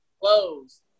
clothes